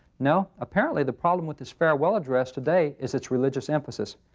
no, apparently the problem with his farewell address today is its religious emphasis.